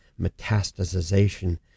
metastasization